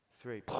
three